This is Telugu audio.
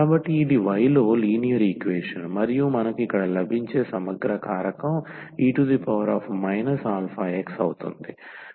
కాబట్టి ఇది y లో లీనియర్ ఈక్వేషన్ మరియు మనకు ఇక్కడ లభించే సమగ్ర కారకం e αx అవుతుంది